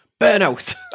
Burnout